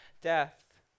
death